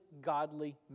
godly